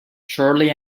shortly